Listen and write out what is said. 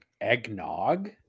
Eggnog